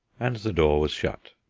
and the door was shut.